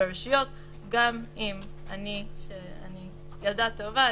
ברשויות גם אם אני חושבת שאני ילדה טובה,